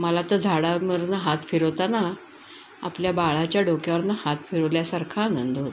मला तर झाडांवरनं हात फिरवताना आपल्या बाळाच्या डोक्यावरनं हात फिरवल्यासारखा आनंद होतो